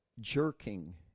jerking